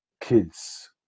kids